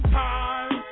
time